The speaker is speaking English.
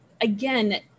again